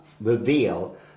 reveal